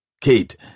Kate